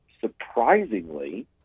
surprisingly